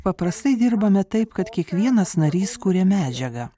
paprastai dirbame taip kad kiekvienas narys kuria medžiagą